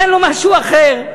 אין לו משהו אחר,